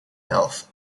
health